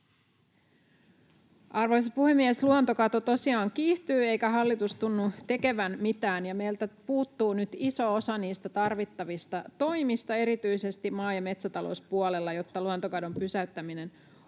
Arvoisa puhemies! Luontokato tosiaan kiihtyy, eikä hallitus tunnu tekevän mitään. Meiltä puuttuu nyt iso osa niistä tarvittavista toimista erityisesti maa- ja metsätalouspuolella, jotta luontokadon pysäyttäminen olisi